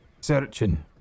...searching